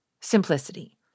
Simplicity